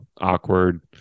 awkward